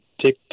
take